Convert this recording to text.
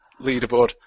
leaderboard